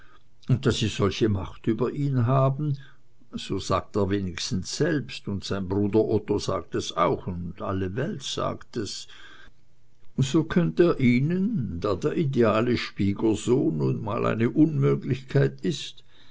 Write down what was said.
und da sie solche macht über ihn haben so wenigstens sagt er selbst und sein bruder otto sagt es auch und alle welt sagt es so könnt er ihnen da der ideale schwiegersohn nun mal eine unmöglichkeit ist